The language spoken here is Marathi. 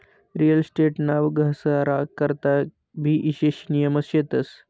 रियल इस्टेट ना घसारा करता भी ईशेष नियम शेतस